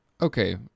okay